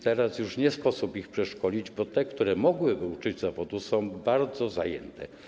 Teraz już nie sposób ich przeszkolić, bo te, które mogłyby uczyć zawodu, są bardzo zajęte.